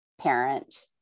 parent